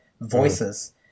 voices